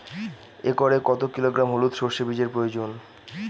একরে কত কিলোগ্রাম হলুদ সরষে বীজের প্রয়োজন?